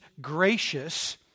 gracious